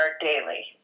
daily